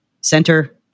center